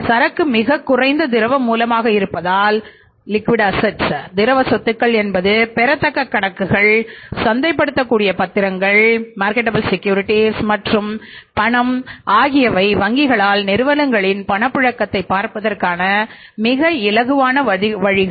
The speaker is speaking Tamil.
சரக்கு மிகக் குறைந்த திரவ மூலமாக இருப்பதால் திரவ சொத்துக்கள் என்பது பெறத்தக்க கணக்குகள் சந்தைப்படுத்தக்கூடிய பத்திரங்கள் மற்றும் பணம் ஆகியவை வங்கிகளால் நிறுவனங்களின் பணப்புழக்கத்தைப் பார்ப்பதற்கான மிக இலகுவான வழிகள்